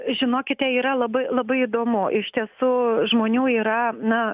žinokite yra labai labai įdomu iš tiesų žmonių yra na